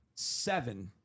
seven